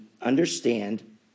understand